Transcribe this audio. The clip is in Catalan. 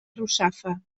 russafa